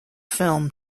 film